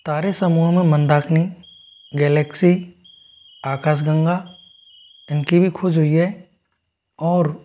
तारे समूह में मंदाकिनी गैलेक्सी आकाश गंगा इनकी भी खोज हुई है और